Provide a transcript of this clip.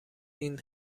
این